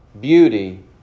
beauty